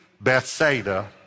Bethsaida